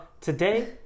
today